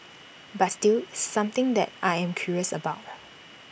but still it's something that I am curious about